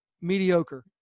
mediocre